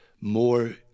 more